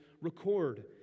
record